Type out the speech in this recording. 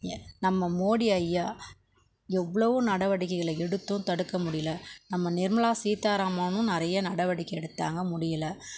ஏ நம்ம மோடி ஐயா எவ்வளோவோ நடவடிக்கைகளை எடுத்தும் தடுக்க முடியல நம்ம நிர்மலா சீதாராமனும் நிறைய நடவடிக்கை எடுத்தாங்க முடியலை